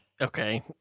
Okay